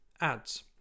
ads